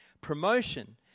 Promotion